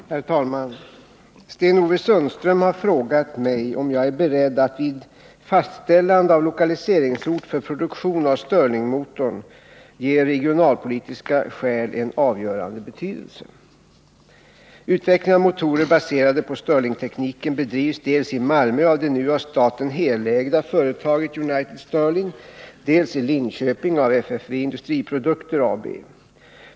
Herr talman! Sten-Ove Sundström har frågat mig om jag är beredd att vid fastställande av lokaliseringsort för produktion av stirlingmotorn ge regio nalpolitiska skäl en avgörande betydelse. Utvecklingen av motorer baserade på stirlingtekniken bedrivs dels i Malmö av det nu av staten helägda företaget United Stirling, dels i Linköping av FFV Industriprodukter AB.